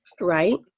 Right